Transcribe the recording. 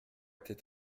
était